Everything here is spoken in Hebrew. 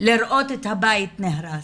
לראות את הבית נהרס,